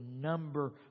number